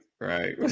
right